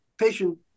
patient